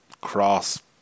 Cross